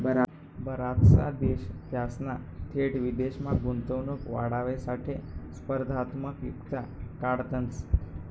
बराचसा देश त्यासना थेट विदेशमा गुंतवणूक वाढावासाठे स्पर्धात्मक युक्त्या काढतंस